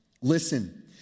Listen